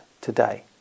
today